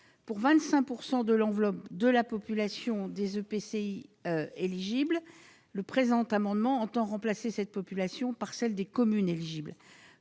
de la population des EPCI éligibles. Cet amendement tend à remplacer cette population par celle des communes éligibles.